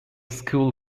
school